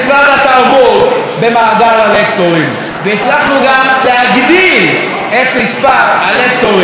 הלקטורים והצלחנו גם להגדיל את מספר הלקטורים במאגר.